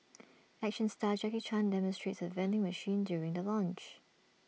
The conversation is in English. action star Jackie chan demonstrates the vending machine during the launch